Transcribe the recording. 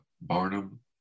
Barnum